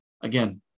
Again